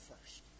first